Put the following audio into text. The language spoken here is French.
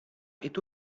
est